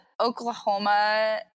Oklahoma